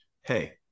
hey